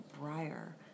briar